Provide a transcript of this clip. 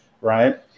Right